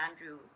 Andrew